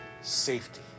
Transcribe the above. safety